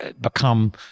become